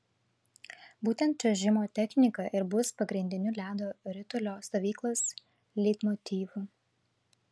būtent čiuožimo technika ir bus pagrindiniu ledo ritulio stovyklos leitmotyvu